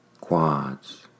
quads